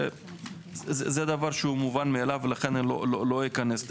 זה דבר מובן מאליו לכן לא אכנס לזה.